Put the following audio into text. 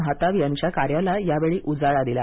माहताब यांच्या कार्याला यावेळी उजाळा दिला